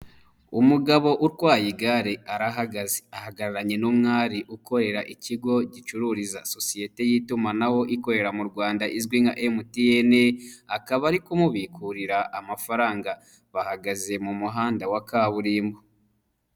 Umugabo utwaye igare arahagaze ahagararanye n'umwari ukorera ikigo gicururiza sosiyete y'itumanaho ikorera mu Rwanda izwi nka MTN akaba ari kumubikurira amafaranga bahagaze mu muhanda wa kaburimbo.